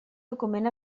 document